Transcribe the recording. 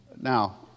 now